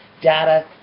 data